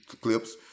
clips